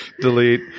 Delete